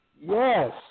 Yes